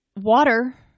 Water